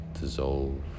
dissolve